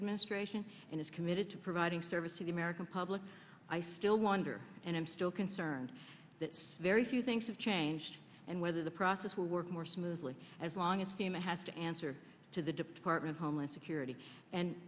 administration and is committed to providing service to the american public i still wonder and i'm still concerned that very few things have changed and whether the process will work more smoothly as long as sima has to answer to the department of homeland security and